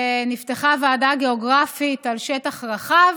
ונפתחה ועדה גיאוגרפית על שטח רחב,